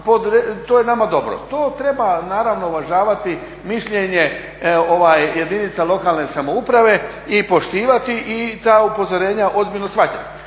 to je nama dobro. To treba naravno uvažavati mišljenje jedinica lokalne samouprave i poštivati i ta upozorenja ozbiljno shvaćati.